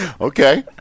Okay